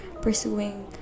Pursuing